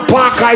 Park